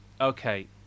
Okay